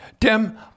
Tim